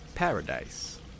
Paradise